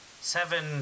seven